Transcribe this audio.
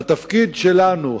והתפקיד שלנו,